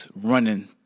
running